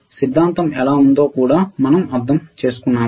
కాబట్టి సిద్ధాంతం ఎలా ఉందో కూడా మనం అర్థం చేసుకున్నాము